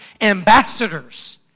ambassadors